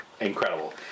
Incredible